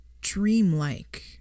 dreamlike